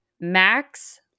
Max